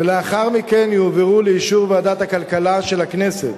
ולאחר מכן יועברו לאישור ועדת הכלכלה של הכנסת.